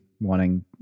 wanting